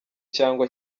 cyangwa